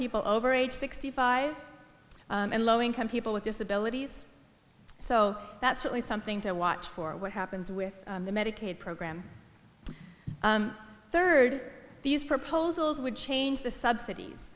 people over age sixty five and low income people with disabilities so that's really something to watch for what happens with the medicaid program third these proposals would change the subsidies